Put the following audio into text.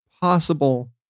possible